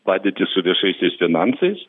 padėtį su viešaisiais finansais